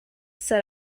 said